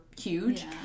huge